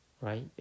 right